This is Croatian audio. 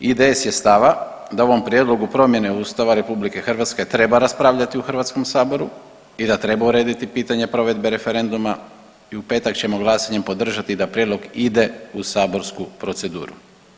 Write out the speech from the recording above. IDS je stava da o ovom prijedlogu promjene Ustava RH treba raspravljati u HS i da treba urediti pitanje provedbe referenduma i u petak ćemo glasanjem podržati da prijedlog ide u saborsku proceduru.